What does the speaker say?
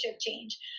change